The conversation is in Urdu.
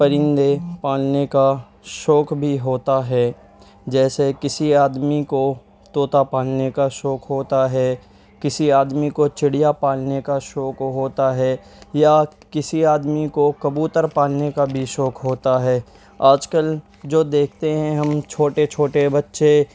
پرندے پالنے کا شوق بھی ہوتا ہے جیسے کسی آدمی کو طوطا پالنے کا شوق ہوتا ہے کسی آدمی کو چڑیا پالنے کا شوق ہوتا ہے یا کسی آدمی کو کبوتر پالنے کا بھی شوق ہوتا ہے آج کل جو دیکھتے ہیں ہم چھوٹے چھوٹے بچے